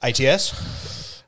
ATS